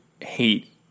hate